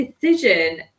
decision